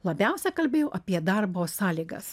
labiausia kalbėjo apie darbo sąlygas